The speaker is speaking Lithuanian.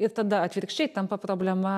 ir tada atvirkščiai tampa problema